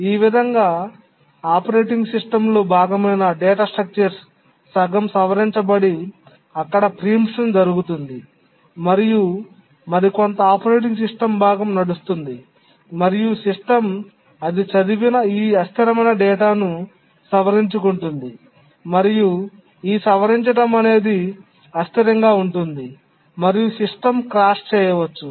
ఈ విధంగా ఆపరేటింగ్ సిస్టమ్లో భాగమైన డేటా స్ట్రక్చర్ సగం సవరించబడి అక్కడ ప్రీమిప్షన్జరుగుతుంది మరియు మరికొంత ఆపరేటింగ్ సిస్టమ్ భాగం నడుస్తుంది మరియు సిస్టమ్ అది చదివిన ఈ అస్థిరమైన డేటా ను సవరించుకుంటుంది మరియు ఈ సవరించడం అనేది అస్థిరంగా ఉంటుంది మరియు సిస్టమ్ క్రాష్ చేయవచ్చు